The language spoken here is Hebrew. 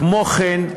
כמו כן,